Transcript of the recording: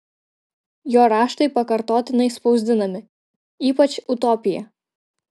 jo raštai pakartotinai spausdinami ypač utopija